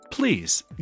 Please